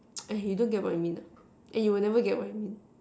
eh you don't get what I mean ah and you will never get what I mean